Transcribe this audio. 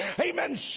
Amen